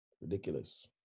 Ridiculous